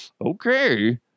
okay